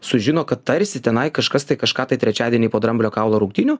sužino kad tarsi tenai kažkas tai kažką tai trečiadienį po dramblio kaulo rungtynių